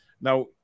Now